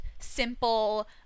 simple